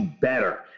better